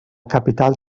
capital